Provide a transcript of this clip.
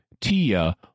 Tia